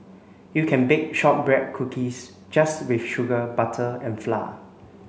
you can bake shortbread cookies just with sugar butter and flour